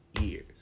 Years